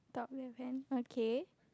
top left hand okay